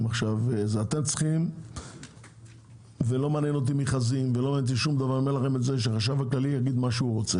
צריך לסיים את זה כך שאחרי החגים זה יהיה מוכן.